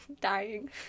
dying